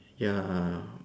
ya